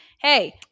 Hey